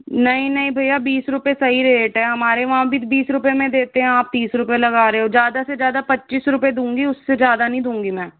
नहीं नहीं भैया बीस रुपए सही रेट है हमारे वहाँ भी बीस रुपए में देते हैं आप तीस रुपए लगा रहे हो ज़्यादा से ज़्यादा पच्चिस रुपए दूँगी उससे ज़्यादा नहीं दूँगी मैं